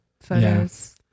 photos